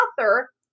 author